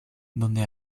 donde